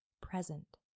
present